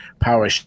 power